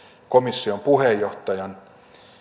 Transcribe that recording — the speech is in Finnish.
komission puheenjohtajan